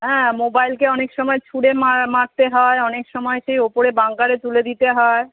হ্যাঁ মোবাইলকে অনেক সময় ছুঁড়ে মা মারতে হয় অনেক সময় সেই ওপরে বাঙ্কারে তুলে দিতে হয়